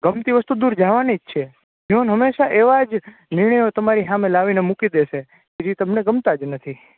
ગમતી વસ્તુ દૂર જવાની જ છે જીવન હંમેશા એવા જ નિર્યાઓ તમારી હામે લાવીને મૂકી દેશે કે જી તમને ગમતા જ નથી